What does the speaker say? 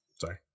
Sorry